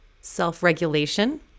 Self-regulation